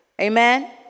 Amen